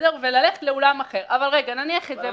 שהייתה